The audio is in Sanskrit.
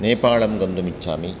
नेपालं गन्तुमिच्छामि